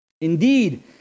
Indeed